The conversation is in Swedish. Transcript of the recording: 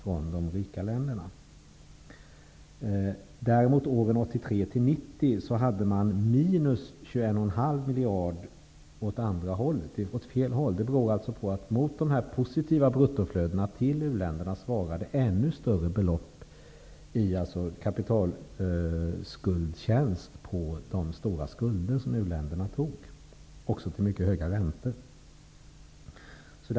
Under åren 1983--1990 gick däremot 21 miljarder åt andra hållet, åt fel håll. Det beror på att mot dessa positiva bruttoflöden till uländerna svarade ännu större belopp i kapitalskuldtjänst på de stora skulder som uländerna tog -- till mycket höga räntor dessutom.